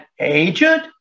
agent